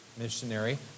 Missionary